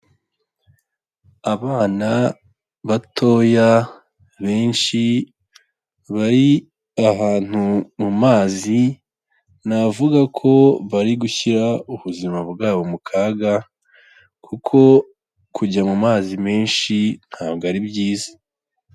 Abana batoya benshi bari ahantu mu mazi, navuga ko bari gushyira ubuzima bwabo mu kaga kuko kujya mu mazi menshi ntabwo ari byiza.